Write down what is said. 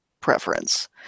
preference